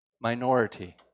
minority